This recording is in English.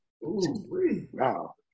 wow